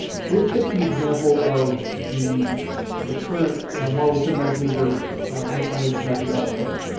so let's take the example of the the current marvel cinematic universe incarnation of the god, thor,